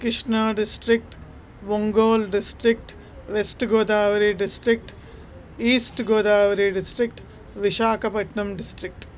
Krishna district Ongole district west Godavari district east Godavari district Visakhapatnam district